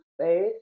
space